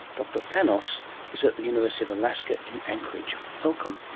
dr thanos is at the university of alaska in anchorage. welcome.